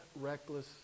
reckless